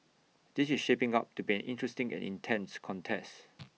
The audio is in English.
this is shaping up to be an interesting and intense contest